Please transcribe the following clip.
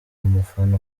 umufana